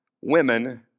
women